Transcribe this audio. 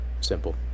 Simple